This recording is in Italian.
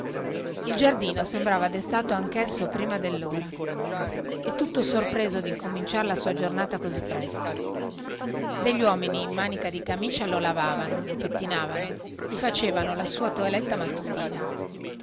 il giardino sembrava destato ancheesso prima dellora e tutto sorpreso dincominciar la sua giornata così presto degli uomini in manica di camicia lo lavavano lo pettinavano gli facevano la sua toeletta mattutina